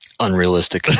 unrealistic